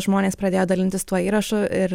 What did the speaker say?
žmonės pradėjo dalintis tuo įrašu ir